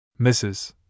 Mrs